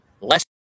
less